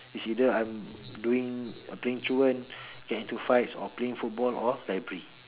it's either I'm doing playing truant get into fights or playing football or library